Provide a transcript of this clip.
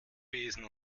besen